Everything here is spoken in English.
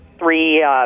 three